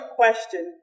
question